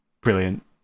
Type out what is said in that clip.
Brilliant